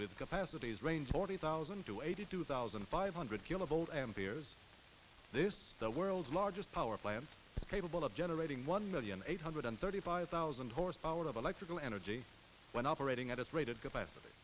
with capacities range forty thousand to eighty two thousand five hundred kilo bold amperes this the world's largest power plant capable of generating one million eight hundred thirty five thousand horsepower of electrical energy when operating at its rated capacity